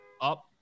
up